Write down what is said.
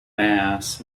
mass